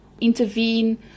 intervene